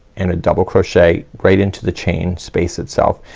and a double crochet right into the chain space itself.